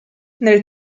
nel